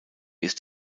ist